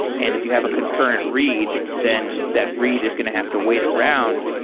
and if you have a concurrent read, then that reed is going to have to wait around.